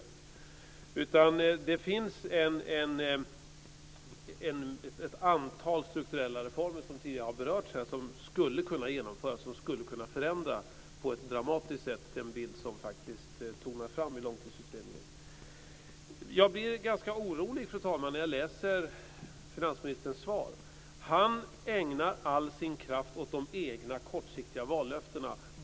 Som tidigare har berörts här finns det ett antal strukturella reformer som skulle kunna genomföras och som på ett dramatiskt sätt skulle kunna förändra den bild som tonar fram i Långtidsutredningen. Jag blir ganska orolig när jag läser finansministerns svar, fru talman. Han ägnar all sin kraft åt de egna kortsiktiga vallöftena.